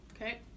Okay